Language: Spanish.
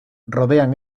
rodean